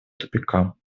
тупика